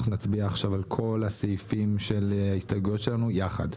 אנחנו נצביע עכשיו על כל הסעיפים של ההסתייגויות שלנו יחד.